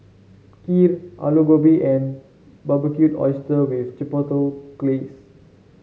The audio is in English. Kheer Alu Gobi and Barbecued Oysters with Chipotle Glaze